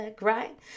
Right